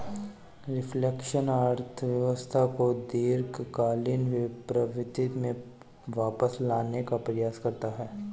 reflection अर्थव्यवस्था को दीर्घकालिक प्रवृत्ति में वापस लाने का प्रयास करता है